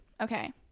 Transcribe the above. okay